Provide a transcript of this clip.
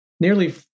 nearly